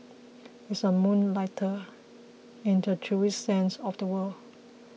he is a moonlighter in the truest sense of the word